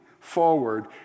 forward